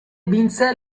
vinse